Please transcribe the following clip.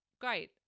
great